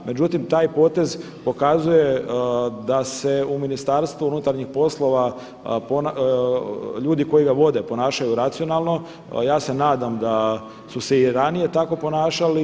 Međutim, taj potez pokazuje da se u Ministarstvu unutarnjih poslova ljudi koji ga vode ponašaju racionalno, ja se nadam da su se i ranije tako ponašali.